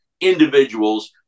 individuals